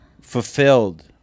Fulfilled